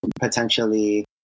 potentially